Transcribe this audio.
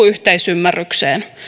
yhteisymmärrykseen